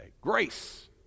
Grace